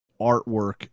artwork